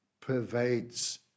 pervades